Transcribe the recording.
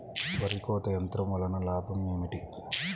వరి కోత యంత్రం వలన లాభం ఏమిటి?